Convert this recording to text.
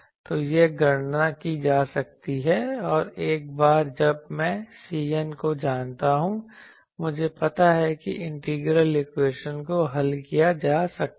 तो यह गणना की जा सकती है और एक बार जब मैं Cn को जानता हूं मुझे पता है कि इंटीग्रल इक्वेशन को हल किया जा सकता है